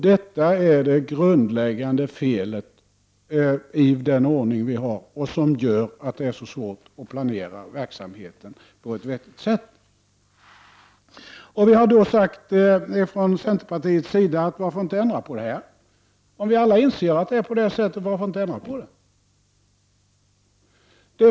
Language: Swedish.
Detta är det grundläggande felet i den ordning vi har, vilket gör att det är så svårt att planera verksamheten på ett vettigt sätt. Vi har från centerpartiet sagt: Varför inte ändra på detta? Om vi alla inser att det är på det här sättet, varför inte ändra på det?